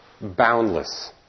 boundless